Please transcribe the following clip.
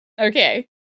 Okay